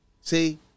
See